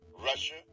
Russia